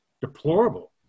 deplorable